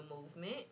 movement